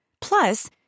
Plus